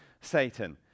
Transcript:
Satan